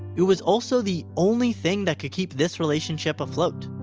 it was also the only thing that could keep this relationship afloat.